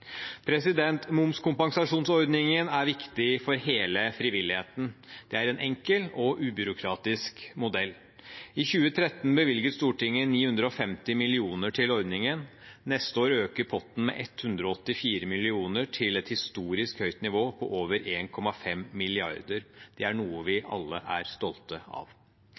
Momskompensasjonsordningen er viktig for hele frivilligheten. Det er en enkel og ubyråkratisk modell. I 2013 bevilget Stortinget 950 mill. kr til ordningen. Neste år øker potten med 184 mill. kr til et historisk høyt nivå, på over 1,5 mrd. kr. Det er noe vi alle er stolte av.